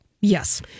Yes